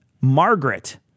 Margaret